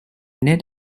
net